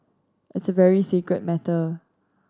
it's a very sacred matter